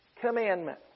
commandment